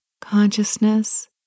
consciousness